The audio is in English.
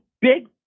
big